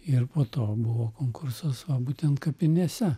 ir po to buvo konkursas va būtent kapinėse